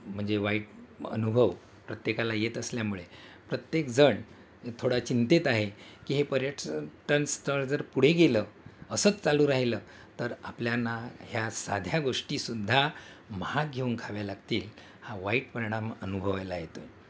म्हणजे वाईट अनुभव प्रत्येकाला येत असल्यामुळे प्रत्येकजण थोडा चिंतेत आहे की हे पर्यटन टन स्थळ जर पुढे गेलं असंच चालू राहिलं तर आपल्याला ह्या साध्या गोष्टीसुद्धा महाग घेऊन खाव्या लागतील हा वाईट परिणाम अनुभवायला येतो आहे